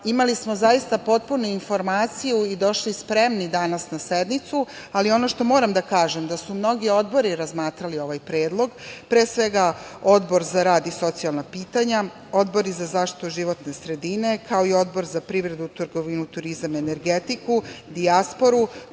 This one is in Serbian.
DRI.Imali smo zaista potpunu informaciju i došli spremni danas na sednicu, ali ono što moram da kažem da su mnogi odbori razmatrali ovaj predlog. Pre svega, Odbor za rad i socijalna pitanja, Odbor za zaštitu životne sredine, kao i Odbor za privredu, trgovinu, turizam i energetiku, dijasporu,